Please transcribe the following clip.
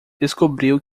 descobriu